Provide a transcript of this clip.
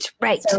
right